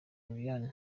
lilian